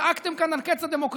זעקתם כאן על קץ הדמוקרטיה.